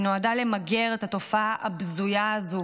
היא נועדה למגר את התופעה הבזויה הזו